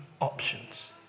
options